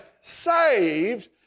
saved